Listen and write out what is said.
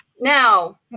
Now